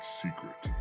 secret